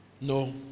No